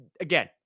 again